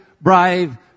brave